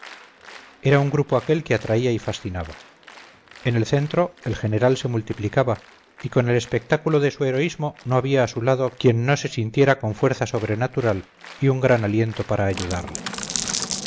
era un grupo aquel que atraía y fascinaba en el centro el general se multiplicaba y con el espectáculo de su heroísmo no había a su lado quien no se sintiera con fuerza sobrenatural y un gran aliento para ayudarle